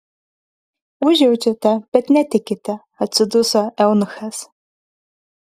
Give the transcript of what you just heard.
užjaučiate bet netikite atsiduso eunuchas